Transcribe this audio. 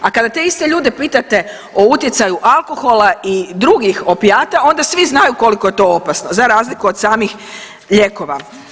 A kada te iste ljude pitate o utjecaju alkohola i drugih opijata onda svi znaju koliko je to opasno za razliku od samih lijekova.